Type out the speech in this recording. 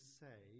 say